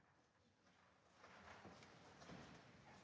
Tak.